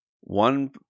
One